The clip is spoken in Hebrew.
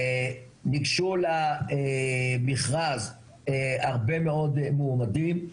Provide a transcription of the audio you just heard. ניגשו למכרז הרבה מאד מועמדים,